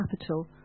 capital